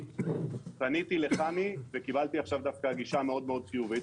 פניתי לחני וקיבלתי עכשיו דווקא גישה מאוד-מאוד חיובית.